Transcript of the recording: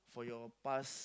for your past